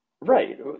Right